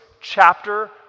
chapter